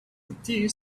the